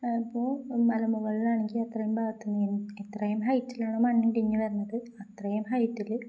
ഇപ്പോ മലമുകളിലാണെങ്കി അത്രേയും ഭാഗത്ത് നീ എത്രയും ഹൈറ്റിലാണ മണ്ണ ഇണ്ടിഞ്ഞ് വരന്നത് അത്രേയും ഹൈറ്റില്